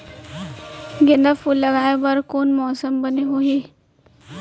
गेंदा फूल लगाए बर कोन मौसम बने होही?